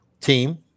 team